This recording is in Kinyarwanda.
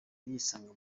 yisanga